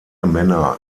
männer